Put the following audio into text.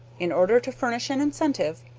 in order to furnish an incentive,